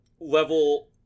level